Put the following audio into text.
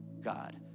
god